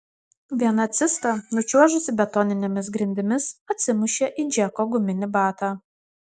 viena cista nučiuožusi betoninėmis grindimis atsimušė į džeko guminį batą